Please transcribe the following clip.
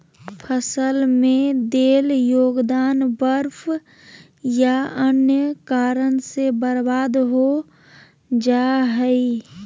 फसल में देल योगदान बर्फ या अन्य कारन से बर्बाद हो जा हइ